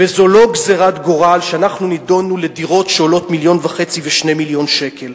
וזאת לא גזירת גורל שאנחנו נידונו לדירות שעולות 1.5 מיליון שקל